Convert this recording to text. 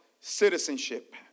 citizenship